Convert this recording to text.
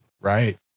Right